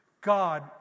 God